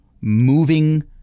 moving